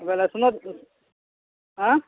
ବେଲେ ଶୁନ ଆଁ